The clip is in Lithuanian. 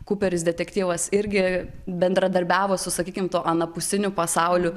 kuperis detektyvas irgi bendradarbiavo su sakykim tuo anapusiniu pasauliu